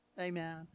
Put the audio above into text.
amen